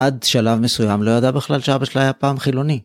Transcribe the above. עד שלב מסוים לא ידע בכלל שאבא שלו היה פעם חילוני.